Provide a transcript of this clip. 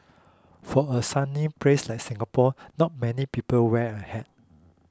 for a sunny place like Singapore not many people wear a hat